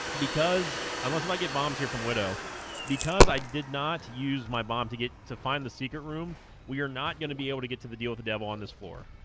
because unless if i get bombs here from widow because i did not use my mom to get to find the secret room we are not gonna be able to get to the deal with the devil on this floor